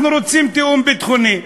אנחנו רוצים תיאום ביטחוני.